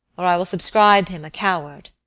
or i will subscribe him a coward.